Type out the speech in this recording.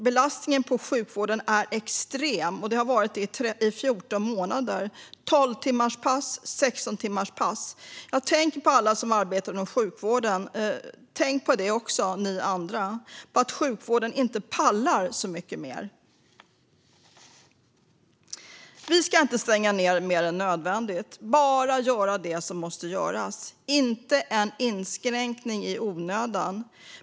Belastningen på sjukvården är extrem och har varit det i 14 månader, med 12-timmarspass och 16-timmarspass för personalen. Jag tänker på alla som arbetar inom sjukvården. Tänk på dem, även ni andra, och på att sjukvården inte pallar så mycket mer. Vi ska inte stänga ned mer än nödvändigt. Vi ska bara göra det som måste göras - inte en inskränkning i onödan.